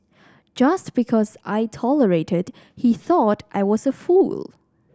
just because I tolerated he thought I was a fool